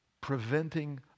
preventing